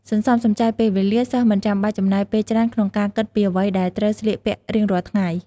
សន្សំសំចៃពេលវេលា សិស្សមិនចាំបាច់ចំណាយពេលច្រើនក្នុងការគិតពីអ្វីដែលត្រូវស្លៀកពាក់រៀងរាល់ថ្ងៃ។